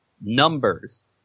numbers